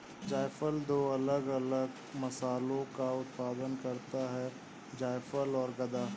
जायफल दो अलग अलग मसालों का उत्पादन करता है जायफल और गदा